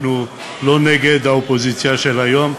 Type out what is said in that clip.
אנחנו לא נגד האופוזיציה של היום,